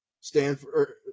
Stanford